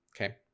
Okay